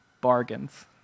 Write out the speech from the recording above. Bargains